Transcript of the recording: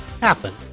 happen